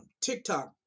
TikTok